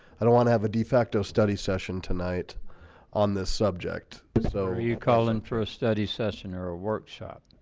i don't want to have a de facto study session tonight on this subject so you call in for a study session or a workshop?